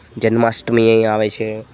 જન્માષ્ટમીએય આવે છે